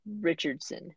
Richardson